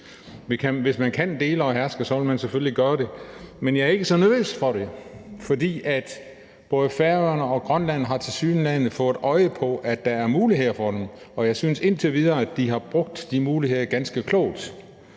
Hvis man kan dele og herske, vil man selvfølgelig gøre det, men jeg er ikke så nervøs for det, fordi både Færøerne og Grønland tilsyneladende har fået øje på, at der er muligheder for dem. Og jeg synes, at de indtil videre har brugt de muligheder ganske klogt